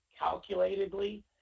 calculatedly